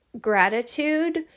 gratitude